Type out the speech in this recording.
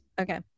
Okay